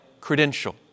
credential